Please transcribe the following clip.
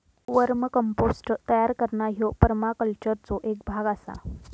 वर्म compost तयार करणा ह्यो परमाकल्चरचो एक भाग आसा